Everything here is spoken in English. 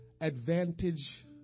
advantage